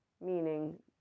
Meaning